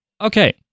Okay